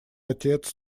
отец